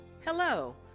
Hello